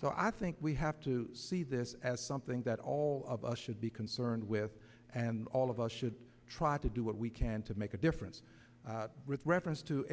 so i think we have to see this as something that all of us should be concerned with and all of us should try to do what we can to make a difference with reference to